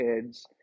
kids